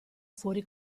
fuori